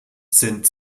sind